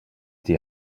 die